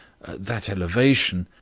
that elevation.